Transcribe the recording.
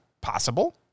possible